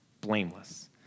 blameless